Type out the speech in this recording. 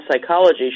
psychology